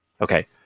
Okay